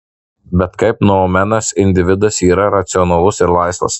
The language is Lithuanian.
bet kaip noumenas individas yra racionalus ir laisvas